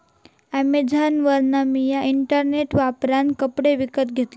अॅमेझॉनवरना मिया इंटरनेट वापरान कपडे विकत घेतलंय